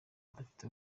adafite